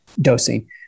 dosing